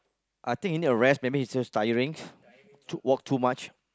I think you need a rest maybe instead of tiring walk too much